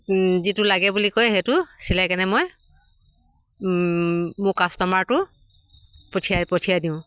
যিটো লাগে বুলি কয় সেইটো চিলাই কেনে মই মোৰ কাষ্টমাৰটো পঠিয়াই পঠিয়াই দিওঁ